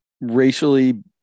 racially